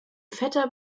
vetter